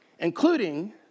Including